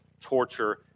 torture